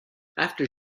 after